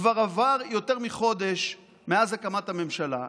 כבר עבר יותר מחודש מאז הקמת הממשלה,